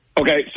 Okay